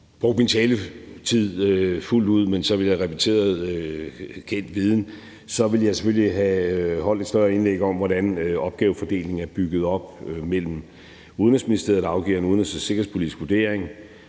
brugt min taletid fuldt ud, hvor jeg så ville have repeteret kendt viden, så ville jeg selvfølgelig have holdt et større indlæg om, hvordan opgavefordelingen er bygget op mellem Udenrigsministeriet, der afgiver en udenrigs- og sikkerhedspolitisk vurdering,